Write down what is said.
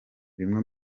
bimwe